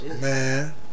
man